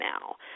now